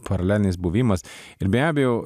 paralelinis buvimas ir be abejo